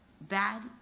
bad